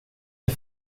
det